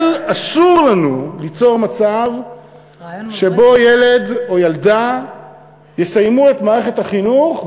אבל אסור לנו ליצור מצב שבו ילד או ילדה יסיימו את מערכת החינוך,